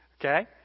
Okay